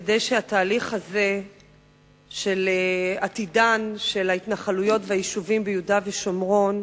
כדי שהתהליך הזה של עתיד ההתנחלויות והיישובים ביהודה ושומרון